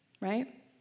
right